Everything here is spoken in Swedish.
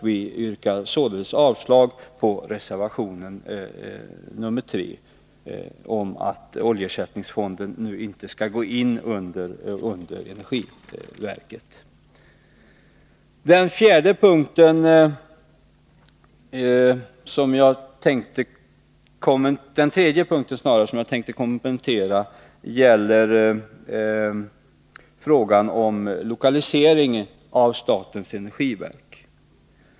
Vi yrkar således avslag på reservationen nr 3 om att oljeersättningsfonden inte skall ingå under energiverket. Den tredje punkten jag tänkte kommentera gäller lokaliseringen av statens energiverk.